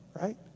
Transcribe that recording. right